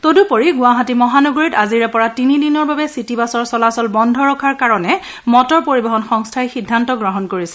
তদুপৰিগুৱাহাটী মহানগৰীত আজিৰে পৰা তিনিদিনৰ বাবে চিটি বাছৰ চলাচল বন্ধ ৰখাৰ বাবে মটৰ পৰিবহন সংস্থাই সিদ্ধান্ত লৈছে